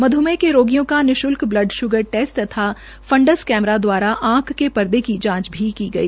मध्मेह ने रोगियों का निशुल्क बल्ड शुगर टेस्ट तथा फांडस कैमरा द्वारा आंख ा के पर्दे की जांच की गई